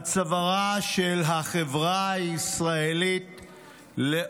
יהיו כאבן ריחיים על צווארה של החברה הישראלית לעולמים.